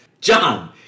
John